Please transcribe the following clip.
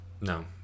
no